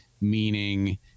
meaning